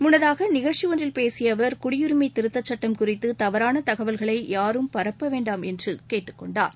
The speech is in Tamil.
முன்னதாக நிகழ்ச்சி ஒன்றில் பேசிய அவர் குடியுரிமை திருத்தச் சுட்டம் குறித்து தவறான தகவல்களை யாரும் பரப்ப வேண்டாம் என்று கேட்டுக் கொண்டார்